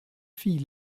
fille